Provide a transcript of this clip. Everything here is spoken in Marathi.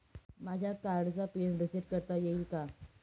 माझ्या कार्डचा पिन रिसेट करता येईल का?